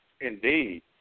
indeed